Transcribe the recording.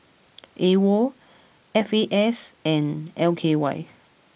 Awol F A S and L K Y